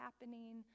happening